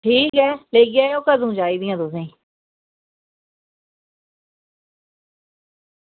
ठीक ऐ लेई जायो कदूं चाही दियां तुसेंगी